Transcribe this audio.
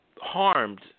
harmed